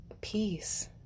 peace